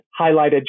highlighted